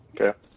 Okay